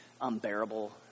unbearable